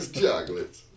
chocolates